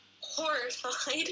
horrified